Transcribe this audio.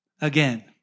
again